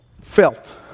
felt